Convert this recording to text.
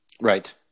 Right